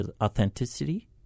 authenticity